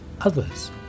others